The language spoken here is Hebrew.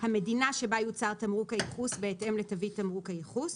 המדינה שבה יוצר תמרוק הייחוס בהתאם לתווית תמרוק הייחוס,